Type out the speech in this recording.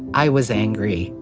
i was angry,